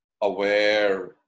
aware